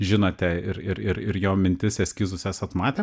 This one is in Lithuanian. žinote ir ir ir ir jo mintis eskizus esat matę